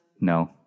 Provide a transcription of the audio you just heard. No